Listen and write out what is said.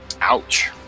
Ouch